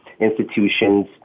institutions